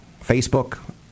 Facebook